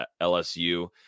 LSU